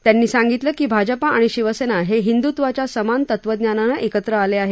त्यांनी सांगितलं की भाजपा आणि शिवसेना हे हिंदुत्वाच्या समान तत्वज्ञानानं एकत्र आले आहेत